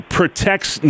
protects